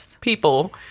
people